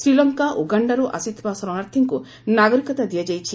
ଶ୍ରୀଲଙ୍କା ଉଗାଣ୍ଡାରୁ ଆସିଥିବା ଶରଣାର୍ଥୀଙ୍କୁ ନାଗରିକତା ଦିଆଯାଇଛି